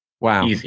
Wow